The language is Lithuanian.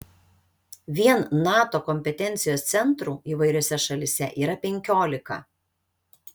vien nato kompetencijos centrų įvairiose šalyse yra penkiolika